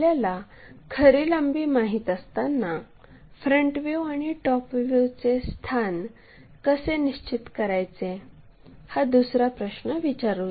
आपल्याला खरी लांबी माहित असताना फ्रंट व्ह्यू आणि टॉप व्ह्यूचे स्थान कसे निश्चित करायचे हा दुसरा प्रश्न विचारूया